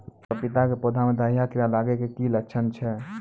पपीता के पौधा मे दहिया कीड़ा लागे के की लक्छण छै?